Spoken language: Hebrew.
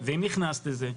ואם נכנסת לזה,